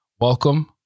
welcome